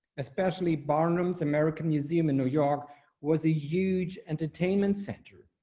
especially barnum's american museum in new york was a huge entertainment center.